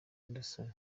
anderson